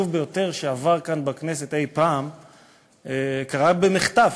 ביותר שעבר כאן בכנסת אי-פעם קרה במחטף,